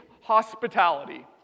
hospitality